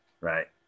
Right